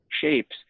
shapes